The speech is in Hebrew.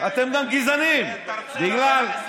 אה, כן, תרצה לנו על הסגנון.